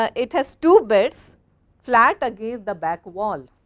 ah it has two beds flat against the back wall,